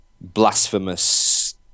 blasphemous